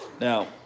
now